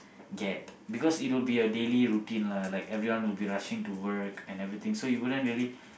get because it would be a daily routine lah like everyone will be rushing to work and everything so you wouldn't really